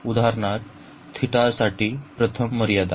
उदाहरणार्थ θ साठी प्रथम मर्यादा